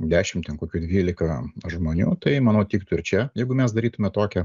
dešimt ten kokių dvylika žmonių tai manau tiktų ir čia jeigu mes darytume tokią